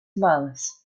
months